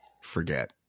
forget